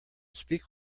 speak